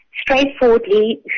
straightforwardly